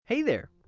hey there!